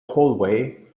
hallway